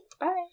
Bye